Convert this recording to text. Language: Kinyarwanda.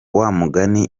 wamugani